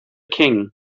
king